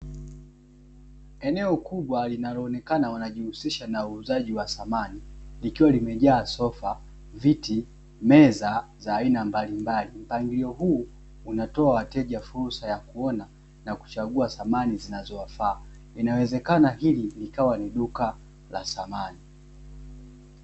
Eneo kubwa linaloonekana wanajihusisha na uuzaji wa samani likiwa limejaa sofa, viti, meza za aina mbalimbali, mpangilio huu unatoa wateja fursa ya kuoa na kuchagua samani zinazowafaa inawezekana hili ni duka la samani.